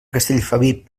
castellfabib